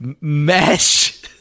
mesh